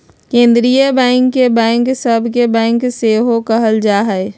केंद्रीय बैंक के बैंक सभ के बैंक सेहो कहल जाइ छइ